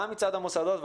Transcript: גם מצד המוסדות,